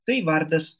tai vardas